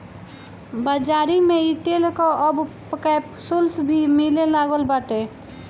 बाज़ारी में इ तेल कअ अब कैप्सूल भी मिले लागल बाटे